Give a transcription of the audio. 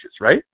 right